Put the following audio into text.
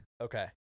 Okay